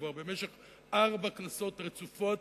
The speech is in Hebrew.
כבר במשך ארבע כנסות רצופות